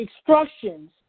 instructions